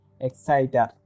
Exciter